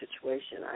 situation